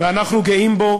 ואנחנו גאים בו.